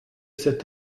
cet